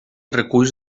reculls